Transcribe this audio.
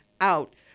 out